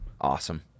Awesome